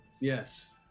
Yes